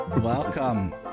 Welcome